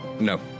No